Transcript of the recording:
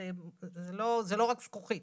זה לא רק זכוכית.